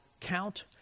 count